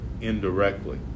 indirectly